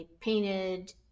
painted